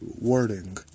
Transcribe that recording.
wording